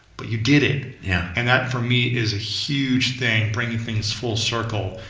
but you did it. yeah and that for me is a huge thing, bringing things full circle,